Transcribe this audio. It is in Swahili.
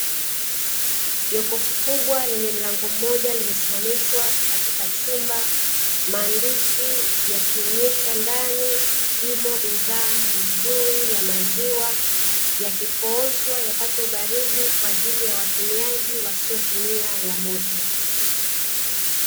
Jokofu kubwa lenye mlango mmoja limesimamishwa katika chumba, maandishi yakionyesha ndani imo bidhaa nzuri ya maziwa, yakipoozwa yapate ubaridi kwa ajili ya watumiaji wasio tumia ya moto.